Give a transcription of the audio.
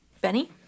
Benny